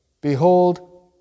behold